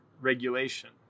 regulation